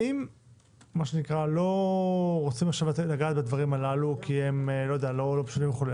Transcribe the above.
אם לא רוצים עכשיו לגעת בדברים האלה כי הם לא פשוטים וכו',